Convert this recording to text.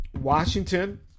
Washington